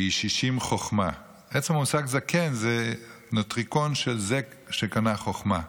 "בישישים חכמה" עצם המושג "זקן" זה נוטריקון של זה שקנה חוכמה.